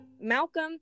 Malcolm